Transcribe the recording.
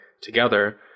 together